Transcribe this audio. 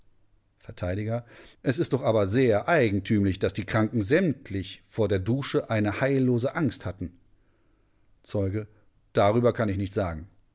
vert es ist doch aber sehr eigentümlich daß die kranken sämtlich vor der dusche eine heillose angst hatten zeuge darüber kann ich nichts sagen